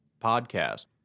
podcast